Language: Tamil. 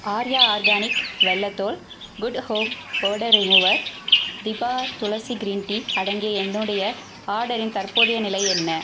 ஆர்யா ஆர்கானிக் வெல்லத் தூள் குட் ஹோம் ஆடர் ரிமூவர் டிபா துளசி கிரீன் டீ அடங்கிய என்னுடைய ஆர்டரின் தற்போதைய நிலை என்ன